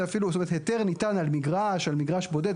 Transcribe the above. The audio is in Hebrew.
זה אפילו, היתר ניתן על מגרש, על מגרש בודד.